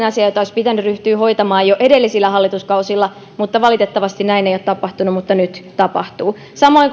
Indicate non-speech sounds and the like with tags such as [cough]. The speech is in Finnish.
[unintelligible] asia jota olisi pitänyt ryhtyä hoitamaan jo edellisillä hallituskausilla valitettavasti näin ei ole tapahtunut mutta nyt tapahtuu samoin [unintelligible]